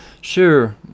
Sure